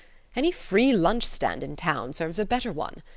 any free-lunch stand in town serves a better one.